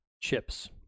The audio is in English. chips